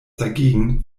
dagegen